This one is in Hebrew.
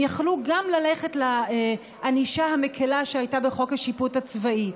הם יכלו ללכת גם לענישה המקילה שהייתה בחוק השיפוט הצבאי.